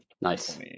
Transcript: Nice